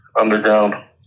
underground